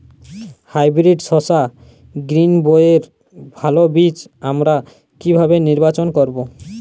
Hybrid শসা গ্রীনবইয়ের ভালো বীজ আমরা কিভাবে নির্বাচন করব?